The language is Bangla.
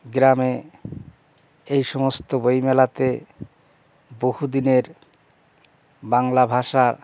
গ্রামে এই সমস্ত বইমেলাতে বহুদিনের বাংলা ভাষা